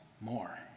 more